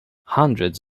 hundreds